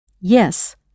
Yes